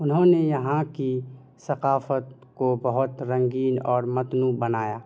انہوں نے یہاں کی ثقافت کو بہت رنگین اور متنوع بنایا